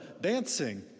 dancing